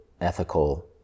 ethical